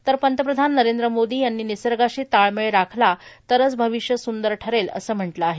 तर पंतप्रधान नरेंद्र मोदी यांनी निसर्गाशी ताळमेळ राखला तरच भविष्य सूंदर ठरेल असं म्हटलं आहे